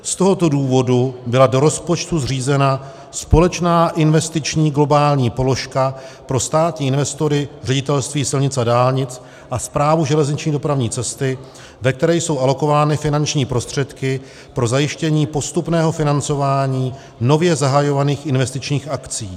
Z tohoto důvodu byla do rozpočtu zřízena společná investiční globální položka pro státní investory, Ředitelství silnic a dálnic a Správu železniční dopravní cesty, ve které jsou alokovány finanční prostředky pro zajištění postupného financování nově zahajovaných investičních akcí.